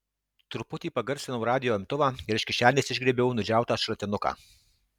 truputį pagarsinau radijo imtuvą ir iš kišenės išgriebiau nudžiautą šratinuką